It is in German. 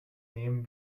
nehmen